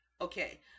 okay